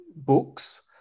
books